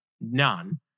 None